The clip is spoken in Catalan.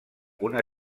una